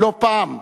לא פעם,